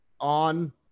on